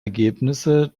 ergebnisse